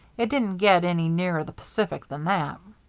it didn't get any nearer the pacific than that.